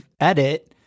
edit